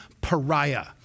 pariah